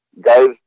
guys